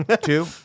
Two